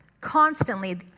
constantly